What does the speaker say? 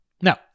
Now